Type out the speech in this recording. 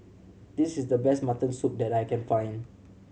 this is the best mutton soup that I can find